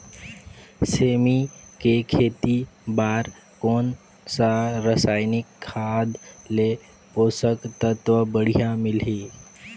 सेमी के खेती बार कोन सा रसायनिक खाद ले पोषक तत्व बढ़िया मिलही?